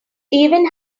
even